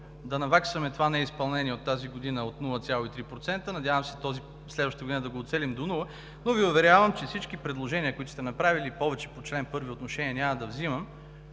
да наваксаме това неизпълнение от тази година от 0,3%. Надявам се следващата година да го уцелим до нула. Но Ви уверявам, че всички предложения, които сте направили, колеги – повече по чл. 1 отношение няма да взимам,